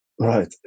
right